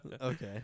Okay